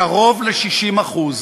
קרוב ל-60%.